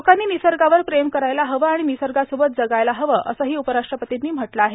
लोकांनी निसगावर प्रेम करायला हवं आणि निसगासोबत जगायला हवं असंहो उपराष्ट्रपतींनी म्हटलं आहे